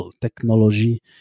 technology